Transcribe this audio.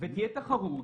שתהיה תחרות,